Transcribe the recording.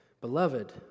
Beloved